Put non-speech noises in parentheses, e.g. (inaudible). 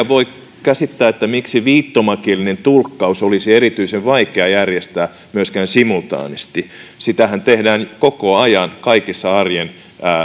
(unintelligible) voi käsittää miksi viittomakielinen tulkkaus olisi erityisen vaikea järjestää myöskään simultaanisti sitähän tehdään koko ajan kaikissa arjen